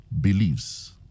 believes